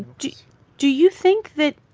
do do you think that